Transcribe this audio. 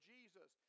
Jesus